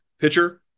pitcher